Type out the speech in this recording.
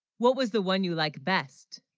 what, was the one you like best